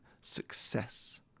success